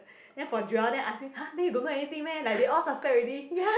then for Joel then I ask him !huh! then you don't know anything meh like they all suspect already